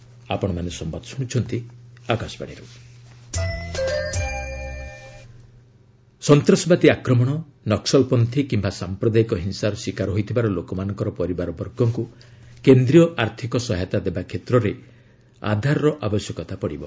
home ministry Aadhaar ସନ୍ତାସବାଦୀ ଆକ୍ରମଣ ନକ୍ୱଲପନ୍ଥୀ କିମ୍ବା ସାମ୍ପ୍ରଦାୟିକ ହିଂସାର ଶିକାର ହୋଇଥିବାର ଲୋକମାନଙ୍କର ପରିବାରବର୍ଗଙ୍କୁ କେନ୍ଦ୍ରୀୟ ଆର୍ଥିକ ସହାୟତା ଦେବା କ୍ଷେତ୍ରରେ ଆଧାରର ଆବଶ୍ୟକତା ପଡ଼ିବ